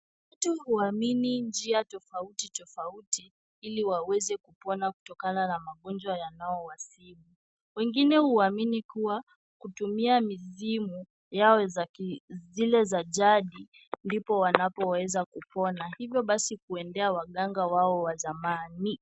Watu huamini njia tofauti tofauti ili waweze kupona kutokana na magonjwa yanayowazidi, wengine huamini kuwa kutumia mizimu zile za jadi ndipo wanapoweza kupona, hivyo basi kuendea waganga wao wa zamani.